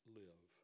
live